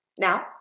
Now